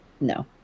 No